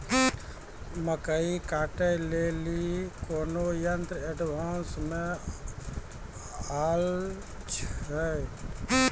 मकई कांटे ले ली कोनो यंत्र एडवांस मे अल छ?